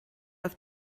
auf